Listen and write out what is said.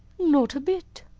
not a bit.